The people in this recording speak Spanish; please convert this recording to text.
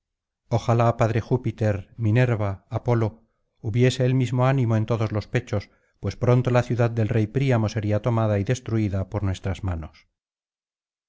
ojalá padre júpiter minerva apolo hubiese el mismo ánimo en todos los pechos pues pronto la ciudad del rey príamo sería tomada y destruida por nuestras manos